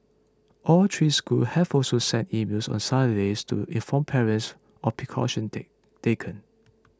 all three schools have also sent emails on Saturday to inform parents of precautions take taken